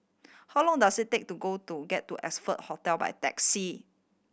how long does it take to go to get to Oxford Hotel by taxi